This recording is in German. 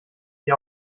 die